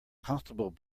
constable